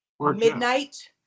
Midnight